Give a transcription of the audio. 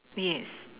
yes